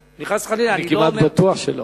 אני כמעט בטוח שלא.